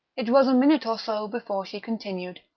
it was a minute or so before she continued,